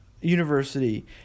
University